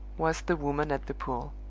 was the woman at the pool!